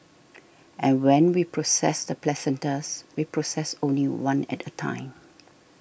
and when we process the placentas we process only one at a time